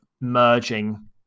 merging